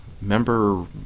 member